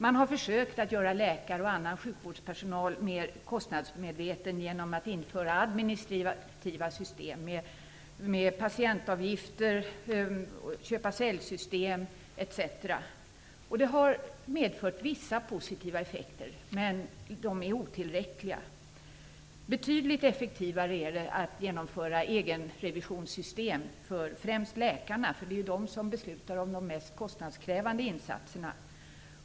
Man har försökt att göra läkare och annan sjukvårdspersonal mer kostnadsmedveten genom att införa administrativa system med patientavgifter, köpoch-sälj-system etc. Det här har medfört vissa positiva effekter, men de är otillräckliga. Betydligt effektivare vore att genomföra egenrevisionssystem för främst läkarna, eftersom det är de som beslutar om de mest kostnadskrävande insatserna.